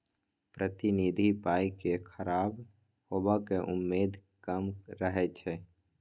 प्रतिनिधि पाइ केँ खराब हेबाक उम्मेद कम रहै छै